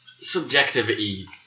subjectivity